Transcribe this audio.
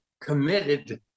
committed